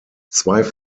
zwei